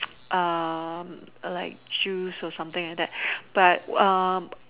err like juice or something like what but um